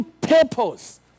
purpose